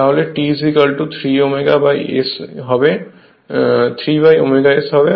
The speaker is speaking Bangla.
তাহলে T 3ω S হবে